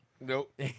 Nope